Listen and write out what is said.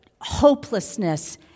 hopelessness